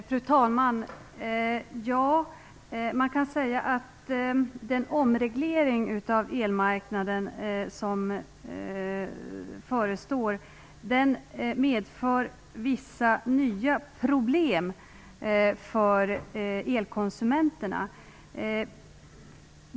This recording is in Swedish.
Fru talman! Den omreglering av elmarknaden som förestår medför vissa nya problem för elkonsumenterna.